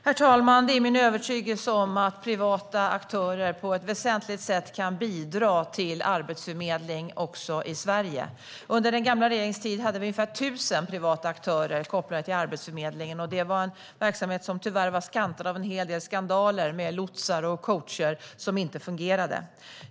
Herr talman! Det är min övertygelse att privata aktörer på ett väsentligt sätt kan bidra till arbetsförmedling också i Sverige. Under den gamla regeringens tid hade vi ungefär 1 000 privata aktörer kopplade till Arbetsförmedlingen. Det var en verksamhet som tyvärr var kantad av en hel del skandaler med lotsar och coacher som inte fungerade.